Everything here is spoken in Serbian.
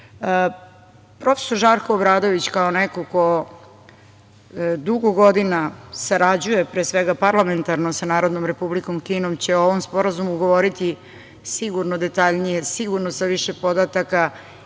Žarko Obradović, kao neko ko dugo godina sarađuje pre svega parlamentarno sa Narodnom Republikom Kinom, će o ovom sporazumu govoriti sigurno detaljnije, sigurno sa više podataka